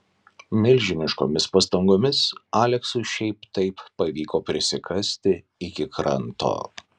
milžiniškomis pastangomis aleksui šiaip taip pavyko prisikasti iki kranto